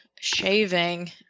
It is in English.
shaving